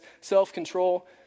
self-control